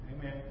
Amen